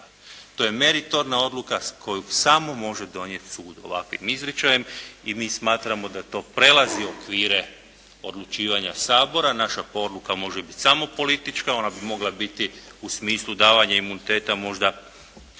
To je meritorna odluka koju samo može donijeti sud ovakvim izričajem i mi smatramo da to prelazi okvire odlučivanja Sabora. Naša odluka može biti samo politička, ona bi mogla biti u smislu davanja imuniteta možda